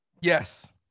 Yes